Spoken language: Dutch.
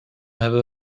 hebben